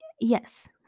yes